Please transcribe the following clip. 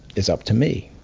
is up to me.